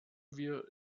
wir